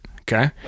okay